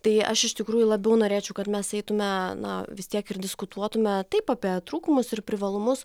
tai aš iš tikrųjų labiau norėčiau kad mes eitume na vis tiek ir diskutuotume taip apie trūkumus ir privalumus